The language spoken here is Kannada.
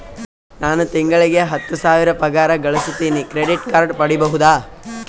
ನಾನು ತಿಂಗಳಿಗೆ ಹತ್ತು ಸಾವಿರ ಪಗಾರ ಗಳಸತಿನಿ ಕ್ರೆಡಿಟ್ ಕಾರ್ಡ್ ಪಡಿಬಹುದಾ?